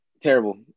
Terrible